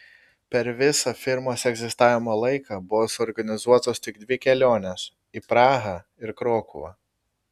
per visą firmos egzistavimo laiką buvo suorganizuotos tik dvi kelionės į prahą ir krokuvą